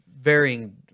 varying –